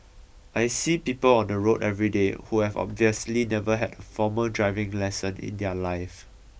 I see people on the road everyday who have obviously never had a formal driving lesson in their life